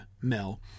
Mel